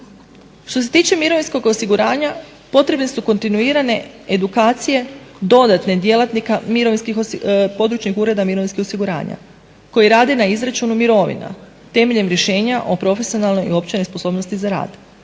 Što se tiče mirovinskog osiguranja potrebe su kontinuiranje, edukacije dodatne djelatnika područnih ureda mirovinskih osiguranja koji radu na izračunu mirovina temeljem rješenja o profesionalnoj ili općoj nesposobnosti za rad.